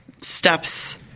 steps